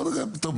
לא התייחסתי לזה.